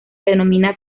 denomina